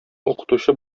укытучы